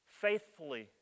faithfully